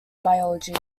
biology